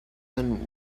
than